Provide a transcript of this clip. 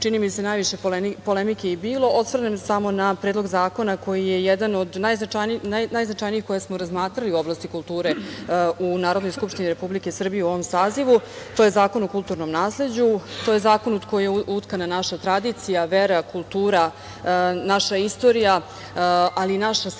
čini mi se najviše polemike i bilo, osvrnem samo na predlog zakona koji je jedan od najznačajnijih koje smo razmatrali u oblasti kulture u Narodnoj skupštini Republike Srbije u ovom sazivu, a to je Zakon o kulturnom nasleđu. To je zakon u koji je utkana naša tradicija, vera, kultura, naša istorija, ali i naša sadašnjost